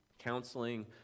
counseling